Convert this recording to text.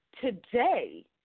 Today